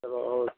चलो और